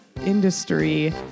industry